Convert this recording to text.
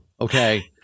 Okay